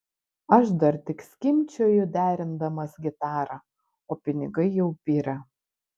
aš dar tik skimbčioju derindamas gitarą o pinigai jau byra